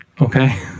Okay